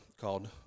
called